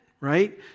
right